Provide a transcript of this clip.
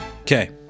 Okay